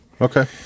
okay